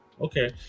Okay